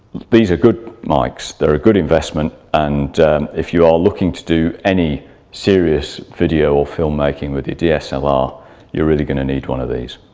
these a good mics they're a good investment and if you are looking to do any serious video or film making with a dslr you are really going to need one of these.